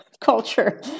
culture